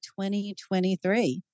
2023